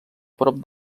prop